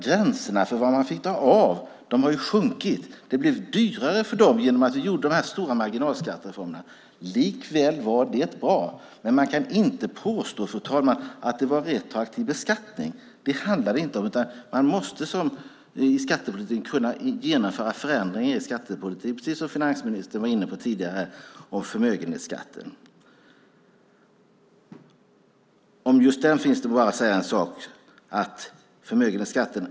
Gränserna för vad man fick dra av har sjunkit. Det blev dyrare genom att vi gjorde de stora marginalskattereformerna. Det var ändå bra. Man kan inte påstå att det var retroaktiv beskattning. Man måste kunna genomföra förändringar i skattepolitiken, precis som finansministern var inne på tidigare när det gällde förmögenhetsskatten.